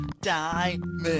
diamond